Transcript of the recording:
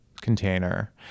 container